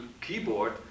keyboard